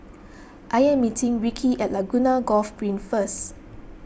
I am meeting Ricki at Laguna Golf Green First